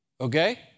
Okay